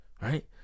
Right